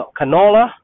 canola